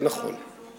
נכון,